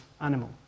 animal